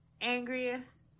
angriest